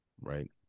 Right